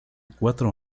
cuatro